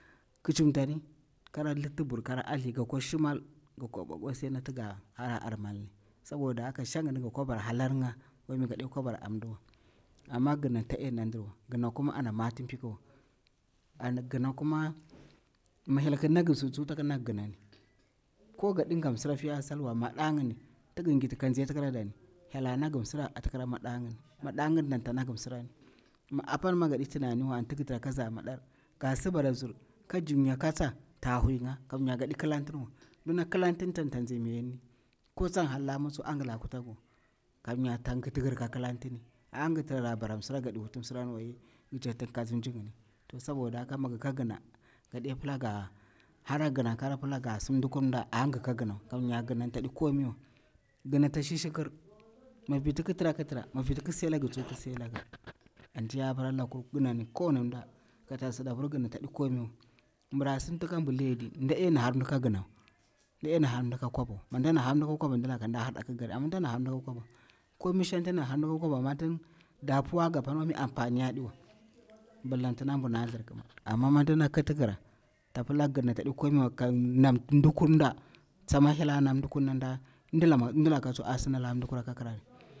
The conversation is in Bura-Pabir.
﻿Kicinta li kara liti bur kara athi gakwa shu mal ga kwa bwa kosai nati ga hara ar malni saboda haka shanyini ga kwabara halalnga wami gade kwa bara amdiwa ama gina tadenan ndirwa gina kuma ana matim pikuwa an gina kuma mi hyel kinalagi tsu tak nagi ginanni ko gadi mga msira fiya salwa madayinni ti gingiti kanzai ta kiradani hyel a nagi msira ata kira madayinni, madayin danta nagi msira mi apa mi gadi tunaniwa anti gitira kaza madar gasi bara bzir kajimya katsa ta huinga kamya gadi kilantiniwa mdina kilantini tanta nzi miyanni ko tsan halla miri tsu an gila kuta giwa kamya tankiti yir ka kilantini angi trara bara msira gadi wuti msiranwaye gijaktin Kansi mji yini saboda haka mi gika gina gaɗepila ga hara gina Kara pila ga sim dukur mda angi gika ginawa kamya ginan tadikomiwa, gina ta shishikir miviti ki tra ki tra mivitu kisailagi tsu ki sai laga anti ya pilalagi ginan kowanin mda kata sinda abir ginan taɗi komiwa mbura si mti kamwo liye diy ndadena har mdi ka ginawa nda ɗena har mda ka kwabawa mi ndana har mdi ka kwaba mdilaka nda harɗa kikari amma ndana har mdi ka kwabawa ko mishan ti nda na har ni ka kwaba tin da puwa gapan wami ampaniya ɗiwa ballentana mbur na thlirkima ama mimdina kiti yira ta pila gina taɗi komiwa kannam dikurimda tsama hyel a nam dukurnanda mdilaka tsu a si nala mdikur ka kirari.